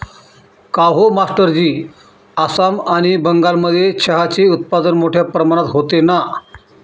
काहो मास्टरजी आसाम आणि बंगालमध्ये चहाचे उत्पादन मोठया प्रमाणात होते ना